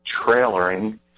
trailering